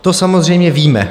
To samozřejmě víme.